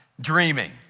dreaming